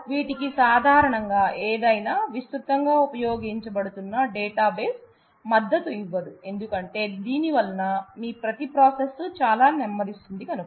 వీటికి సాధారణంగా ఏదైనా విస్తృతంగా ఉపయోగించబడుతున్నా డేటాబేస్ మద్దతు ఇవ్వదు ఎందుకంటే దీనివలన మీ ప్రతి ప్రాసెస్ చాలా నెమ్మదిస్తుంది కనుక